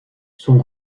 sont